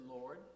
Lord